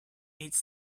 its